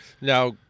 Now